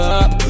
up